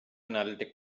analytic